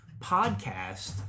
podcast